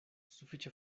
sufiĉe